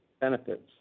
benefits